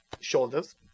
shoulders